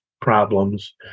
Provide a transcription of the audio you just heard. problems